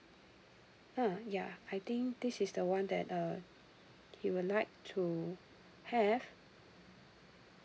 uh ya I think this is the one that uh he would like to have